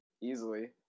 easily